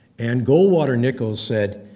and goldwater-nichols said,